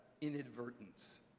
inadvertence